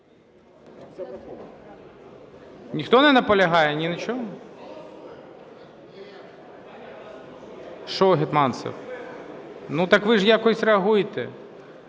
Ніхто не наполягає ні на чому? Що, Гетманцев? Ви ж якось реагуйте.